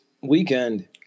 weekend